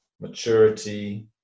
maturity